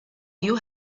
you